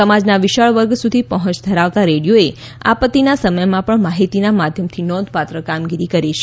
સમાજના વિશાળ વર્ગ સુધી પહોંચ ધરાવતા રેડીયોએ આપત્તિના સમયમાં પણ માહિતીના માધ્યમથી નોધપાત્ર કામગીરી કરી છે